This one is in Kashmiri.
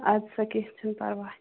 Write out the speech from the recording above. آدٕ سا کیٚنٛہہ چھُنہٕ پرواے